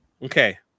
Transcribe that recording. Okay